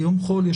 ביום חול,